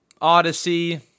Odyssey